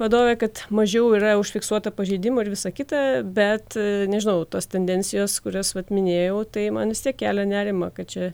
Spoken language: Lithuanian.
vadovė kad mažiau yra užfiksuota pažeidimų ir visa kita bet nežinau tos tendencijos kurias vat minėjau tai man vis tiek kelia nerimą kad čia